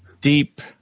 deep